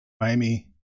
Miami